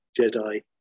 Jedi